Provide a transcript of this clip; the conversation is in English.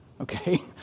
Okay